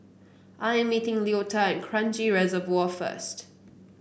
I'm meeting Leota Kranji Reservoir first